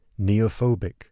neophobic